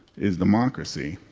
is democracy.